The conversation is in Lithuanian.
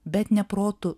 bet ne protu